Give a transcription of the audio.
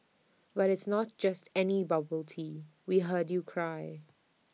but it's not just any bubble tea we heard you cry